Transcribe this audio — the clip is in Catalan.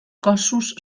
cossos